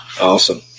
Awesome